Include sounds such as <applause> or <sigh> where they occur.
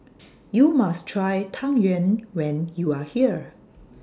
<noise> YOU must Try Tang Yuen when YOU Are here